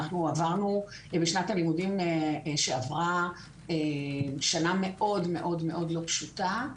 אנחנו עברנו בשנת הלימודים שעברה שנה מאוד מאוד מאוד לא פשוטה.